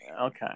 Okay